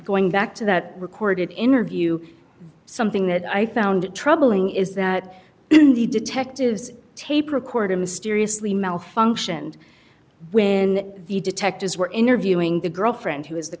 going back to that recorded interview something that i found troubling is that in the detective's tape recorder mysteriously malfunctioned when the detectives were interviewing the girlfriend who was the